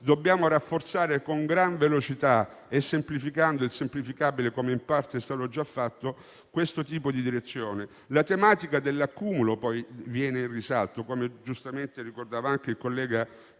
Dobbiamo rafforzare con grande velocità, semplificando il semplificabile - come in parte è stato già fatto - questo tipo di direzione. La tematica dell'accumulo viene in risalto, come giustamente ricordava in discussione